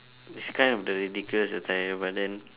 it's kind of the ridiculous attire but then